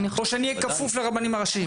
או שאני אהיה כפוף לרבנים הראשיים?